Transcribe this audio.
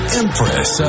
empress